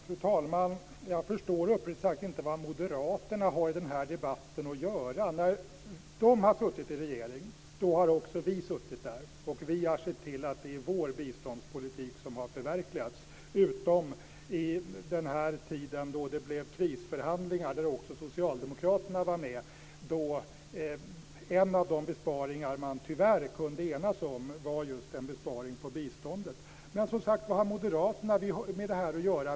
Fru talman! Jag förstår uppriktigt sagt inte vad moderaterna har i denna debatt att göra. När de har suttit i regering har också vi suttit där. Vi har sett till att det är vår biståndspolitik som har förverkligats, utom vid tiden för krisförhandlingarna där också socialdemokraterna var med. En av de besparingar man, tyvärr, kunde enas om var just en besparing på biståndet. Vad har moderaterna med detta att göra?